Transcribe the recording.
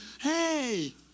hey